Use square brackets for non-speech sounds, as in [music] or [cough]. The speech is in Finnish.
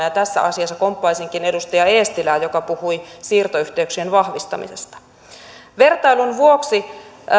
[unintelligible] ja tässä asiassa komppaisinkin edustaja eestilää joka puhui siirtoyhteyksien vahvistamisesta vertailun vuoksi